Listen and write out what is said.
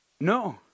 No